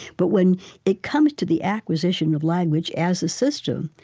but when it comes to the acquisition of language as a system,